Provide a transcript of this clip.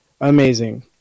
Amazing